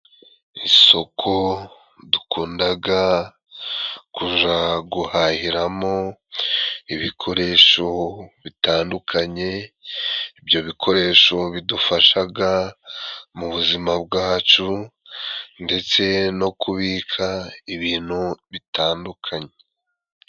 Isoko dukundaga kujya guhahiramo ibikoresho bitandukanye. Ibyo bikoresho bidufashaga mu buzima bwacu ndetse no kubika ibintu bitandukanye.